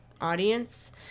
audience